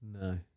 No